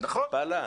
פעלה,